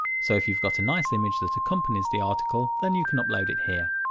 so if you've got a nice image that accompanies the article then you can upload it here.